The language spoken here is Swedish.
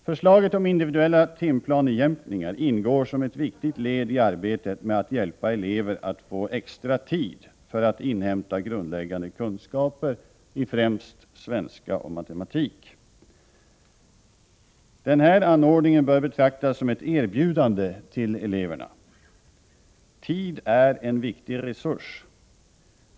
Förslaget om individuella timplanejämkningar ingår som ett viktigt led i arbetet med att hjälpa elever att få extra tid för att inhämta grundläggande kunskaper i främst svenska och matematik. Denna anordning bör betraktas som ett erbjudande till eleverna. Tid är en viktig resurs.